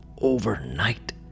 overnight